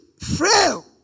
frail